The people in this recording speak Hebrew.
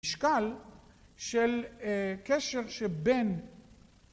משקל של קשר שבין